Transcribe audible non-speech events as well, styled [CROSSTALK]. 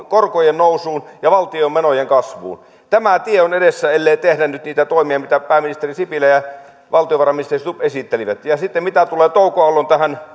[UNINTELLIGIBLE] korkojen nousuun ja valtion menojen kasvuun tämä tie on edessä ellei tehdä nyt niitä toimia mitä pääministeri sipilä ja valtiovarainministeri stubb esittelivät ja sitten mitä tulee touko aallon